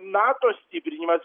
nato stiprinimas